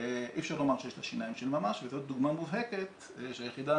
אי אפשר לומר שיש לה שיניים של ממש וזו דוגמה מובהקת שהיחידה